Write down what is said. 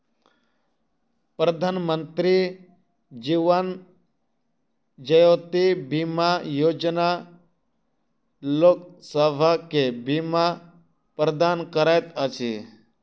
प्रधानमंत्री जीवन ज्योति बीमा योजना लोकसभ के बीमा प्रदान करैत अछि